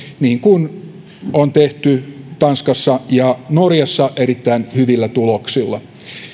niin kuin on tehty tanskassa ja norjassa erittäin hyvillä tuloksilla